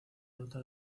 ruta